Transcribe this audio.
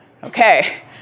Okay